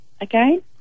again